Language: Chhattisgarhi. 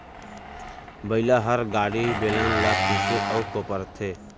बइला हर गाड़ी, बेलन ल खींचथे अउ कोपरथे